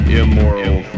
immoral